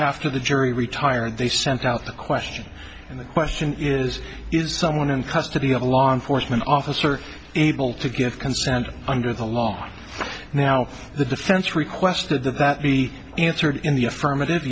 after the jury retired they sent out the question and the question is is someone in custody a law enforcement officer able to get consent under the law now the defense requested that that be answered in the affirmative